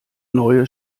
neue